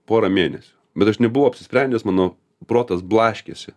porą mėnesių bet aš nebuvau apsisprendęs mano protas blaškėsi